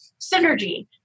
synergy